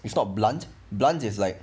it's not blunt blunt is like